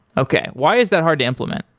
okay. why is that hard to implement?